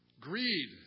greed